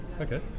Okay